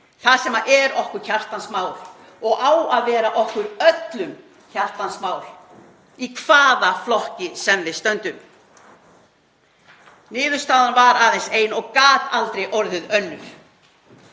það sem er okkur hjartans mál og á að vera okkur öllum hjartans mál í hvaða flokki sem við stöndum. Niðurstaðan var aðeins ein og gat aldrei orðið önnur: